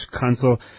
Council